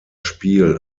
spiel